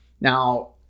Now